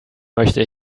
möchte